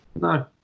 No